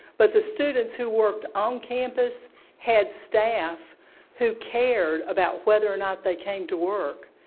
but the students who worked on campus had staff who cared about whether or not they came to work.